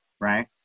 right